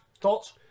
Thoughts